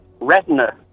Retina